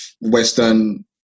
Western